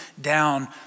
down